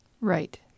Right